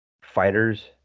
fighters